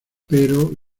pero